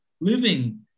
living